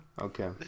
Okay